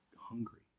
hungry